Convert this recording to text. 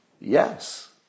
Yes